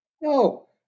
No